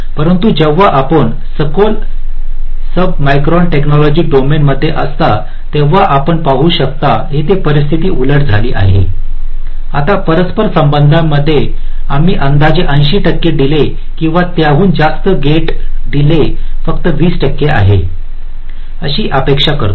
परंतु जेव्हा आपण सखोल सबमिक्रॉन टेकनॉलॉजि डोमेन मध्ये असता तेव्हा आपण पाहू शकता येथे परिस्थिती उलट झाली आहे आता परस्पर संबंधांमध्ये आम्ही अंदाजे 80 टक्के डीले किंवा त्याहूनही जास्त आणि गेटचा डीले फक्त २० टक्के आहे अशी अपेक्षा करतो